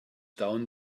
down